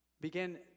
began